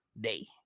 day